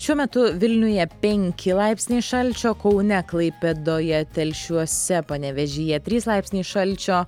šiuo metu vilniuje penki laipsniai šalčio kaune klaipėdoje telšiuose panevėžyje trys laipsniai šalčio